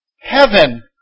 Heaven